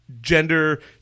gender